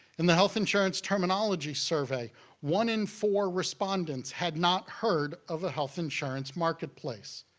in the health insurance terminology survey one in four respondents had not heard of the health insurance marketplace.